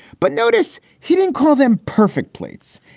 but notice he didn't call them perfect plates.